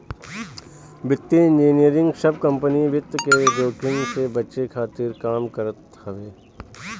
वित्तीय इंजनियरिंग सब कंपनी वित्त के जोखिम से बचे खातिर काम करत हवे